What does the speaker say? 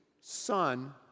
son